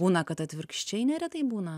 būna kad atvirkščiai neretai būna